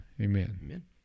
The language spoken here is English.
Amen